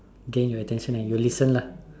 gain your attention and you will listen lah